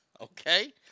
Okay